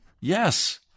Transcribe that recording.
Yes